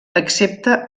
accepta